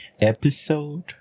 Episode